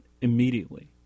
immediately